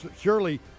surely